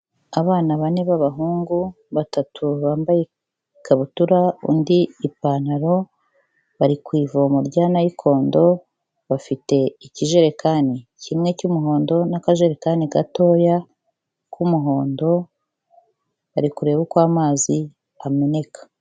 Abana bane b'abahungu batatu bambaye ikabutura undi ipantaro, bari ku ivomo rya nayikondo bafite ikijerekani kimwe cy'umuhondo n'akajerekani gatoya k'umuhondo, bari kureba uko amazi ameneka.